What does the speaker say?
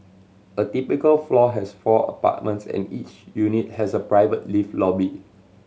a typical floor has four apartments and each unit has a private lift lobby